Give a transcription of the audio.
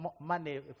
money